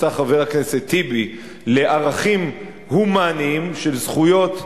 חבר הכנסת טיבי לערכים הומניים של זכויות אדם,